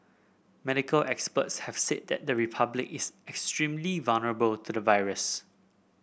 medical experts have said that the Republic is extremely vulnerable to the virus